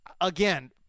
Again